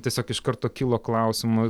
tiesiog iš karto kilo klausimų